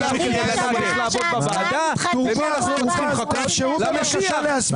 למה קשה להסביר?